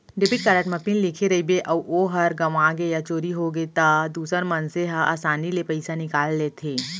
debit card म PIN लिखे रइबे अउ ओहर गँवागे या चोरी होगे त दूसर मनसे हर आसानी ले पइसा निकाल लेथें